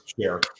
share